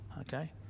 Okay